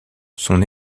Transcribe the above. son